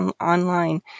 online